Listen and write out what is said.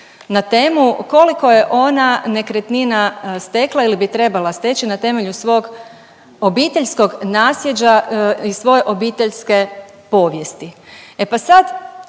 na temu koliko je ona nekretnina stekla ili bi trebala steći na temelju svog obiteljskog naslijeđa i svoje obiteljske povijesti.